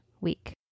week